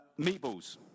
Meatballs